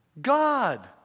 God